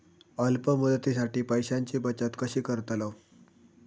अल्प मुदतीसाठी पैशांची बचत कशी करतलव?